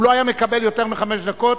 הוא לא היה מקבל יותר מחמש דקות,